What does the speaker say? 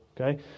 okay